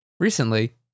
Recently